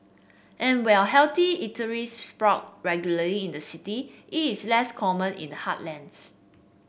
and while healthy eateries sprout regularly in the city it is less common in the heartlands